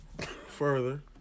Further